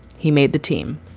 he made the team.